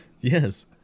Yes